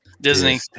Disney